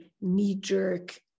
knee-jerk